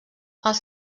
els